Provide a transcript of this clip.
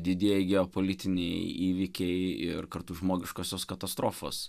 didieji geopolitiniai įvykiai ir kartu žmogiškosios katastrofos